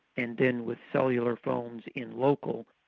and then with cellular phones in local,